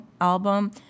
album